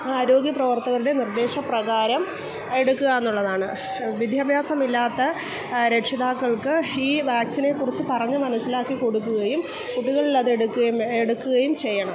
ആരോഗ്യപ്രവർത്തകരുടെ നിർദ്ദേശ പ്രകാരം എടുക്കുകയെന്നുള്ളതാണ് വിദ്യാഭ്യാസമില്ലാത്ത രക്ഷിതാക്കൾക്ക് ഈ വാക്സിനെകുറിച്ച് പറഞ്ഞ് മനസ്സിലാക്കികൊടുക്കുകയും കുട്ടികളത് എടുക്കുകയും എടുക്കുകയും ചെയ്യണം